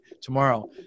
tomorrow